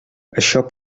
això